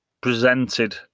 presented